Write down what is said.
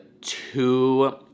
two